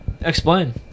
Explain